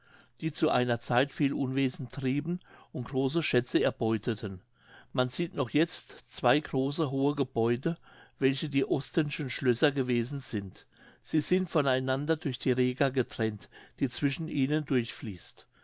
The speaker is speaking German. die zu einer zeit viel unwesens trieben und große schätze erbeuteten man sieht noch jetzt zwei große hohe gebäude welche die ostenschen schlösser gewesen sind sie sind von einander durch die rega getrennt die zwischen ihnen durchfließt